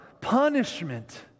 punishment